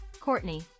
Courtney